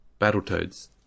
Battletoads